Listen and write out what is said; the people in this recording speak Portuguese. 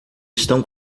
estão